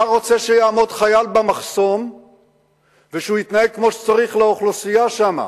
אתה רוצה שיעמוד חייל במחסום ויתנהג כמו שצריך לאוכלוסייה שם,